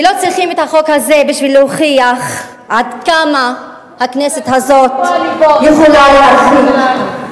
ולא צריכים את החוק הזה בשביל להוכיח עד כמה הכנסת הזאת יכולה להרחיק.